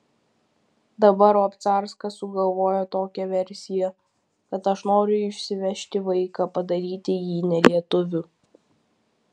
dabar obcarskas sugalvojo tokią versiją kad aš noriu išsivežti vaiką padaryti jį ne lietuviu